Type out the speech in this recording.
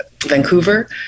Vancouver